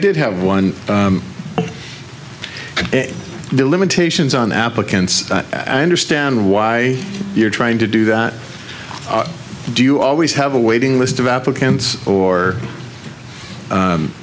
did have one of the limitations on the applicants i understand why you're trying to do that do you always have a waiting list of applicants or